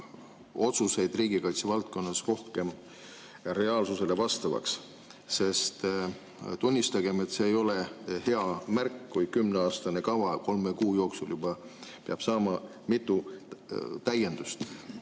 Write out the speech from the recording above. otsuseid riigikaitse valdkonnas rohkem reaalsusele vastavaks. Sest tunnistagem, see ei ole hea märk, kui kümneaastane kava peab juba kolme kuu jooksul saama mitu täiendust.